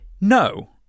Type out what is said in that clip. no